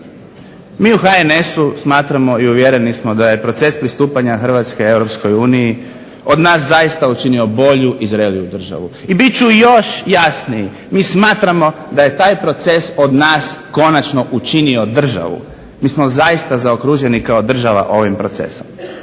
Mi u HNS-u smatramo i uvjereni smo da je proces pristupanja Hrvatske Europskoj uniji od nas zaista učinio bolju i zreliju državu i biti ću još jasniji mi smatramo da je taj proces od nas konačno učinio državu. Mi smo zaista zaokruženi kao država ovim procesom.